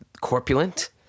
corpulent